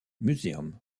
museum